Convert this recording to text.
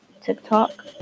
TikTok